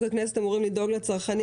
אנחנו ככנסת אמורים לדאוג לצרכנים.